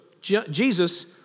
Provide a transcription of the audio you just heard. Jesus